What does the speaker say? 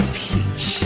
peach